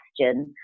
question